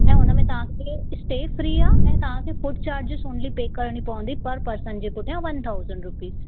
ऐं हुन में तव्हां खे स्टे फ्री आहे ऐं तव्हां खे फूड चार्जेस ओनली पे करिणी पवंदी पर पर्सन जे पुठियां वन थाउज़ैड रुपीज़